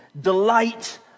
delight